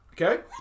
Okay